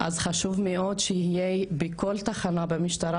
אז חשוב מאוד שיהיה בכל תחנה במשטרה